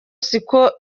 siko